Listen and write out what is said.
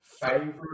Favorite